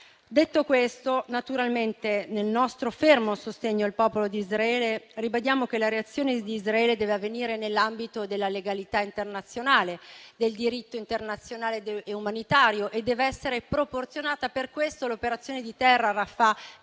Detto questo, naturalmente nel nostro fermo sostegno al popolo di Israele, ribadiamo che la reazione di Israele deve avvenire nell'ambito della legalità internazionale, del diritto internazionale e umanitario e deve essere proporzionata. Per questo l'operazione di terra a Rafah